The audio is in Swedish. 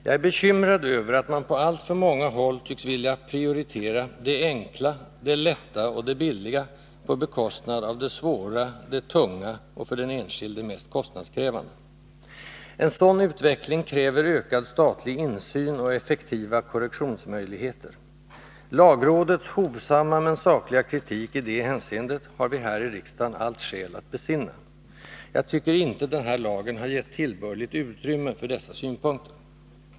Jag är bekymrad över att man på alltför många håll nu tycks vilja prioritera det enkla, det lätta och det billiga på bekostnad av det svåra, det tunga och det för den enskilde mest kostnadskrävande. En sådan utveckling kräver ökad statlig insyn och effektiva korrektionsmöjligheter. Lagrådets hovsamma men sakliga kritik i detta hänseende har vi här i riksdagen allt skäl att besinna. Jag tycker inte den här lagen har givit tillbörligt utrymme för dessa synpunkter.